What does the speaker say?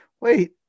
wait